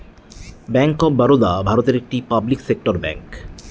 bank of Baroda ভারতের একটি public sector bank